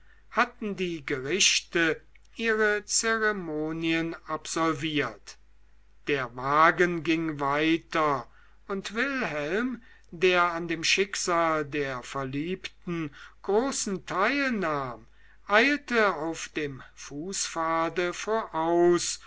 hatten die gerichte ihre zeremonien absolviert der wagen ging weiter und wilhelm der an dem schicksal der verliebten großen teil nahm eilte auf dem fußpfade voraus